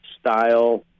style